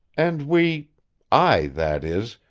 and we i that is,